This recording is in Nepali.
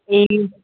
ए